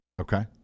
Okay